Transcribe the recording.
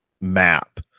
MAP